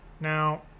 now